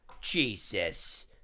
Jesus